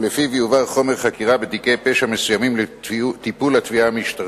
ולפיו יועבר חומר חקירה בתיקי פשע מסוימים לטיפול התביעה המשטרתית.